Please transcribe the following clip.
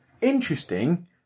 interesting